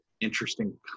interesting